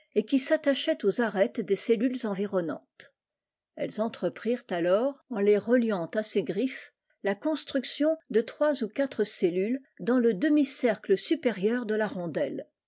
et qui s chaient aux arêtes des cellules environnai elles entreprirent alors en les reliant assez griffes la construction de trois ou quatre cellules dans le demi cercle supérieur de la rondelle